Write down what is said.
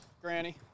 Granny